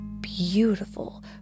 beautiful